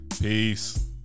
peace